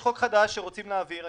רוצים להעביר חוק חדש,